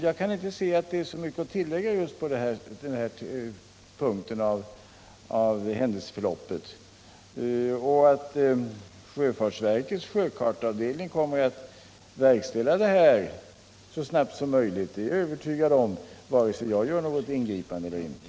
Jag kan inte se att det är mycket att tillägga just i det här skedet av händelseförloppet. Jag är övertygad om att sjöfartsverkets sjökortsavdelning kommer att verkställa detta arbete snarast möjligt oavsett om jag gör något ingripande eller inte.